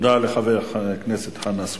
תודה לחבר הכנסת חנא סוייד,